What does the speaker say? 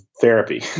therapy